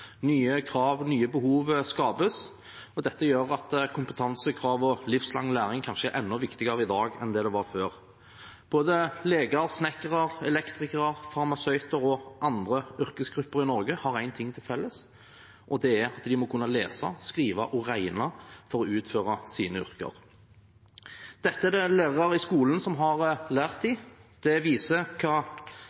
nye krav og nye behov skapes, og dette gjør at kompetansekrav og livslang læring kanskje er enda viktigere i dag enn det det var før. Leger, snekkere, elektrikere, farmasøyter og andre yrkesgrupper i Norge har én ting til felles, og det er at de må kunne lese, skrive og regne for å utføre sine yrker. Dette er det lærere i skolen som har lært dem. Det viser